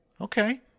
Okay